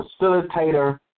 facilitator